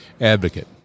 advocate